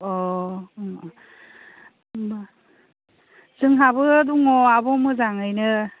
अ जोंहाबो दङ आब' मोजाङैनो